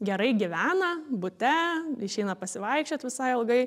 gerai gyvena bute išeina pasivaikščiot visai ilgai